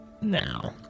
now